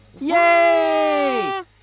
Yay